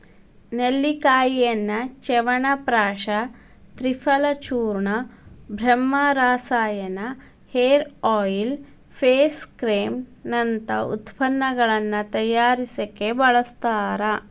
ನೆಲ್ಲಿಕಾಯಿಯನ್ನ ಚ್ಯವನಪ್ರಾಶ ತ್ರಿಫಲಚೂರ್ಣ, ಬ್ರಹ್ಮರಸಾಯನ, hair oil, face cream ನಂತ ಉತ್ಪನ್ನಗಳ ತಯಾರಿಕೆಗೆ ಬಳಸ್ತಾರ